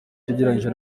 ugereranyije